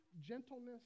gentleness